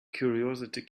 curiosity